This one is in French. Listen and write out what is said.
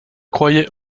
croyais